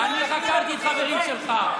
אני חקרתי את החברים שלך.